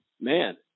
man